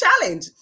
challenge